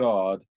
God